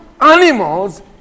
animals